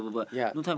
yea